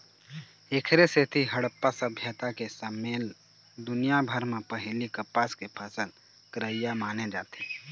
एखरे सेती हड़प्पा सभ्यता के समे ल दुनिया भर म पहिली कपसा के फसल करइया माने जाथे